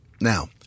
Now